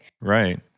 Right